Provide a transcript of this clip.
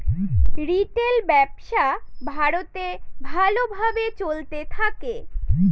retail ব্যবসা ভারতে ভালো ভাবে চলতে থাকে